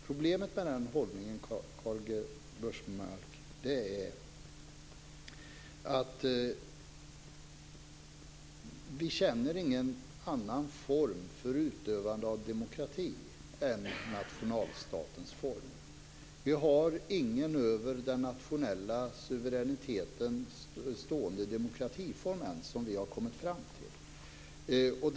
Problemet med den hållningen Karl-Göran Biörsmark är att vi inte känner någon annan form för utövande av demokrati än nationalstatens form. Vi har inte kommit fram till någon över den nationella suveräniteten stående demokratiform än.